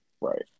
Right